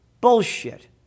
bullshit